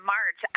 March